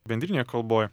bendrinėje kalboj